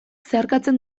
zeharkatzen